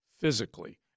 physically